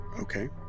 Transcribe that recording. Okay